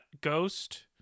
ghost